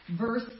verse